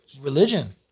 religion